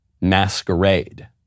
masquerade